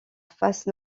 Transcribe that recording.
face